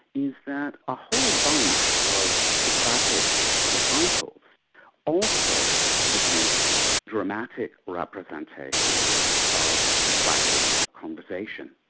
is that a whole bunch of socratic disciples also produced dramatic representations of socratic conversation.